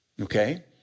Okay